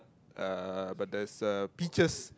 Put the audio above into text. uh but there's a peaches